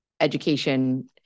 education